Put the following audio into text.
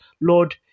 Lord